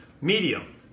medium